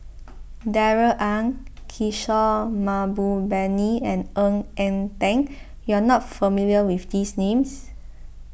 Darrell Ang Kishore Mahbubani and Ng Eng Teng you are not familiar with these names